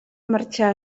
marxar